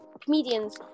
Comedians